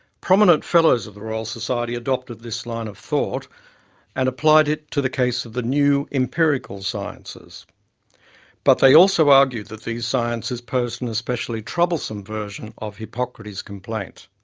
prominent fellows of the royal society adopted this line of thought and applied it to the case of the new empirical sciences but they also argued that these sciences posed an especially troublesome version of hippocrates complaint.